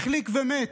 החליק ומת,